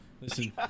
listen